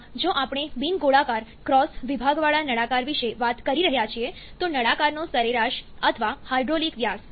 અથવા જો આપણે બિન ગોળાકાર ક્રોસ વિભાગવાળા નળાકાર વિશે વાત કરી રહ્યા છીએ તો નળાકારનો સરેરાશ અથવા હાઇડ્રોલિક વ્યાસ